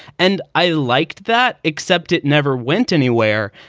and i liked that, except it never went anywhere.